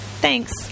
Thanks